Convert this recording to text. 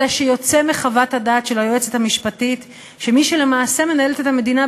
אלא שיוצא מחוות הדעת של היועצת המשפטית שמי שלמעשה מנהלת את המדינה,